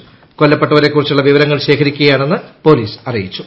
ക്കൊല്ല്പ്പെട്ടവരെ കുറിച്ചുള്ള വിവരങ്ങൾ ശേഖരിക്കുകയാണെന്ന് പ്പോലീസ് അറിയിച്ചു